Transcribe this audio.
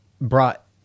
brought